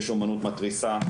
יש אומנות מתריסה,